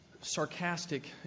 sarcastic